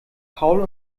paul